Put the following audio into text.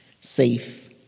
safe